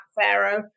Pharaoh